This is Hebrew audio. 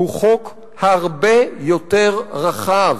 הוא חוק הרבה יותר רחב.